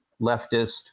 leftist